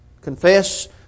Confess